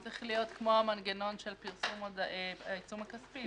זה צריך להיות לדעתי כמו המנגנון של פרסום העיצום הכספי.